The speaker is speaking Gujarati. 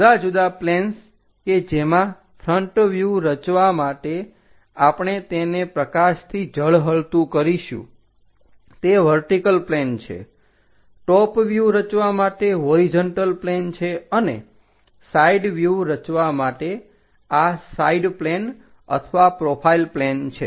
જુદા જુદા પ્લેન્સ કે જેમાં ફ્રન્ટ વ્યુહ રચવા માટે આપણે તેને પ્રકાશથી ઝળહળતું કરીશું તે વર્ટિકલ પ્લેન છે ટોપ વ્યુહ રચવા માટે હોરીજન્ટલ પ્લેન છે અને સાઈડ વ્યુહ રચવા માટે આ સાઇડ પ્લેન અથવા પ્રોફાઈલ પ્લેન છે